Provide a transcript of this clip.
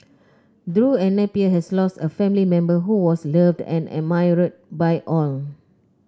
Drew and Napier has lost a family member who was loved and admired by all